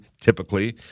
typically